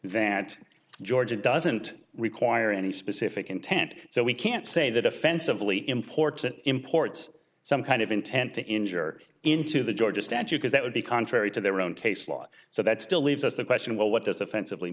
that georgia doesn't require any specific intent so we can't say that offensively important imports some kind of intent to injure into the georgia statue because that would be contrary to their own case law so that still leaves us the question well what does offensively